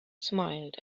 smiled